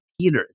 Peter